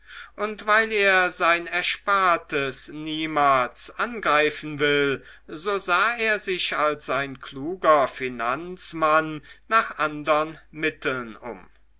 und weil er sein erspartes niemals angreifen will so sah er sich als ein kluger finanzmann nach andern mitteln um